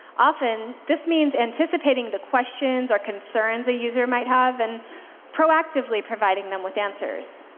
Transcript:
often, this means anticipating the questions or concerns a user might have and proactively providing them with answers.